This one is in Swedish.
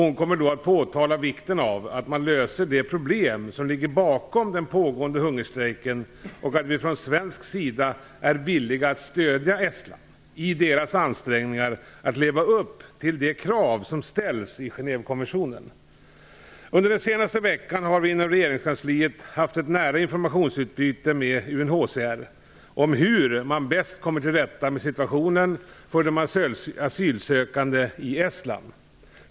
Hon kommer då att påtala vikten av att man löser de problem som ligger bakom den pågående hungerstrejken och att vi från svensk sida är villiga att stödja Estland i landets ansträngningar att leva upp till de krav som ställs i Genèvekonventionen. Under den senaste veckan har vi inom regeringskansliet haft ett nära informationsutbyte med UNHCR om hur man bäst kommer till rätta med situationen för de asylsökande i Estland.